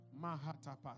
Mahatapas